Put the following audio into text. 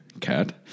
cat